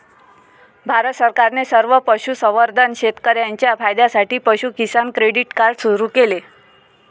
भारत सरकारने सर्व पशुसंवर्धन शेतकर्यांच्या फायद्यासाठी पशु किसान क्रेडिट कार्ड सुरू केले